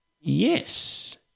yes